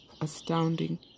astounding